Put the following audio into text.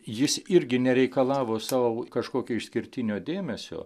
jis irgi nereikalavo savo kažkokio išskirtinio dėmesio